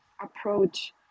approach